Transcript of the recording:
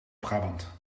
brabant